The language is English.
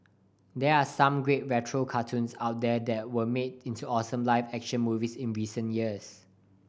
there are some great retro cartoons out there that were made into awesome live action movies in recent years